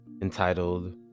entitled